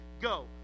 go